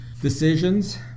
decisions